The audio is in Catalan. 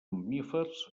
mamífers